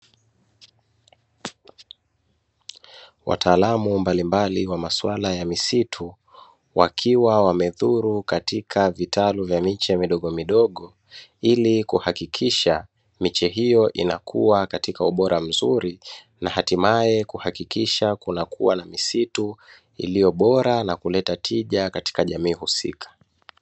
Wataalamu mbalimbali wa masuala ya misitu, wakiwa wamezuru katika vitalu vya miche midogomidogo, ili kuhakikisha miche hiyo inakuwa katika ubora mzuri, na hatimaye kuhakikisha kunakuwa na misitu iliyo bora, na kuleta tija kwa katika jamii husika.